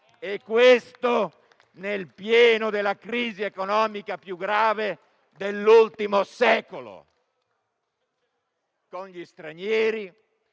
E questo nel pieno della crisi economica più grave dell'ultimo secolo, con gli stranieri